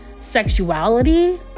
sexuality